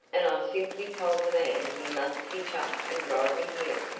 and i simply told the man he must hitch up and drive me here.